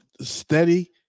steady